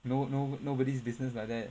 no~ no~ nobody's business like that